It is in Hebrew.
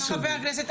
כפי שנוגה ציינה,